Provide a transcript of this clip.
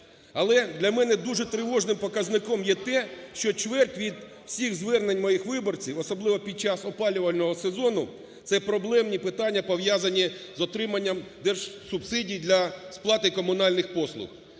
Але для мене дуже тривожним показником є те, що чверть від всіх звернень моїх виборців, особливо під час опалювального сезону – це проблемні питання пов'язані з отримання держсубсидій для сплати комунальних послуг.